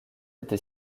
été